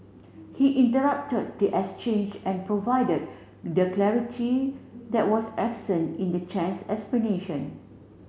he interrupted the exchange and provided the clarity that was absent in the Chen's explanation